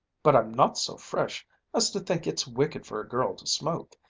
but i'm not so fresh as to think it's wicked for a girl to smoke.